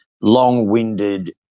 long-winded